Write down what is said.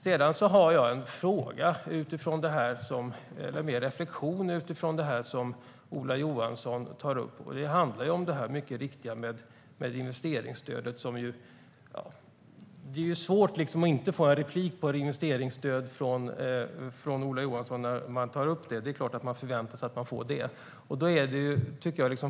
Sedan vill jag göra en reflektion utifrån det som Ola Johansson tar upp. Det handlar om detta med investeringsstödet. Det är svårt att inte ta replik när Ola Johansson tar upp investeringsstödet.